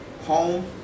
home